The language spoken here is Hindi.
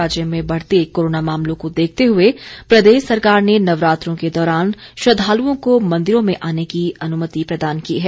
राज्य में बढ़ते कोरोना मामलों को देखते हुए प्रदेश सरकार ने नवरात्रों के दौरान श्रद्वालुओं को मंदिरों में आने की अनुमति प्रदान की है